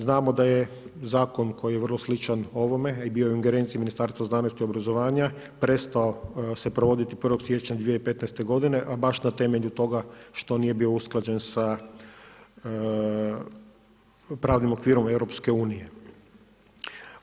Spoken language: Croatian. Znamo da je zakon koji je vrlo sličan ovome a i bio je u ingerenciji Ministarstva znanosti, obrazovanja prestao se provoditi 1. siječnja 2015. g. a baš na temelju toga što nije bio usklađen sa pravnim okvirom EU-a.